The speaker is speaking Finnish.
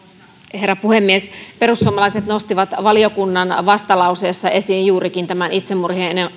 herra puhemies perussuomalaiset nostivat valiokunnan vastalauseessa esiin juurikin tämän itsemurhien ennaltaehkäisyohjelman ja